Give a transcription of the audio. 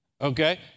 okay